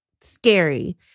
scary